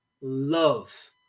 love